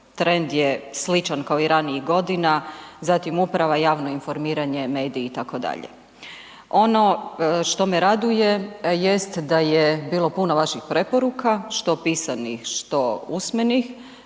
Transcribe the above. trend je sličan kao i ranijih godina, zatim uprava, javno informiranje, mediji itd. Ono što me raduje jest da je bilo puno vaših preporuka što pisanih što usmenih.